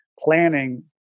planning